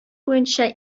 буенча